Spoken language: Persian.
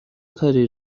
کاری